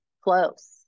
close